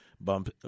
bump